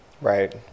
right